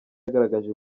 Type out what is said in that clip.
yagaragaje